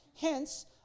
Hence